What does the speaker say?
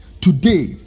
today